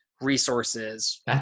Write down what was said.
resources